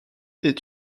est